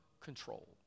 control